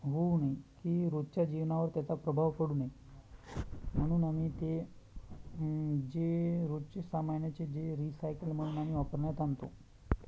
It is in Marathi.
होऊ नये की रोजच्या जीवनावर त्याचा प्रभाव पडू नये म्हणून आम्ही ते जे रोजचे सामानाचे जे रिसायकल म्हणून आम्ही वापरण्यात आणतो